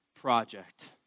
project